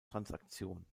transaktion